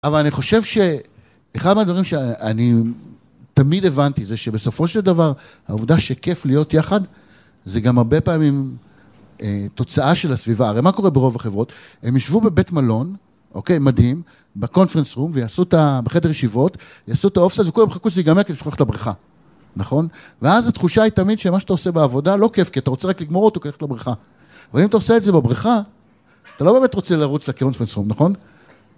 אבל אני חושב שאחד מהדברים שאני תמיד הבנתי זה שבסופו של דבר העובדה שכיף להיות יחד זה גם הרבה פעמים תוצאה של הסביבה. הרי מה קורה ברוב החברות? הם ישבו בבית מלון, אוקיי, מדהים, בקונפרנס רום ויעשו את ה... בחדר ישיבות, יעשו את האופסאט, וכולם חכו שזה ייגמר כדי שיכול לכת לבריכה, נכון? ואז התחושה היא תמיד שמה שאתה עושה בעבודה לא כיף כי אתה רוצה רק לגמור אותו כדי ללכת לבריכה. ואם אתה עושה את זה בבריכה, אתה לא באמת רוצה לרוץ לקונפרנס רום, נכון?